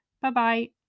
Bye-bye